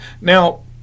Now